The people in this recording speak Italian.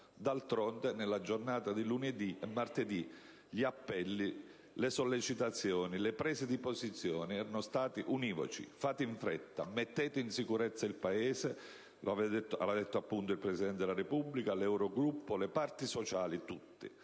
D'altronde, nelle giornate di lunedì e martedì gli appelli, le sollecitazioni e le prese di posizione erano stati univoci: «Fate in fretta, mettete in sicurezza il Paese»; lo avevano detto il Presidente della Repubblica, l'Eurogruppo e le parti sociali tutte.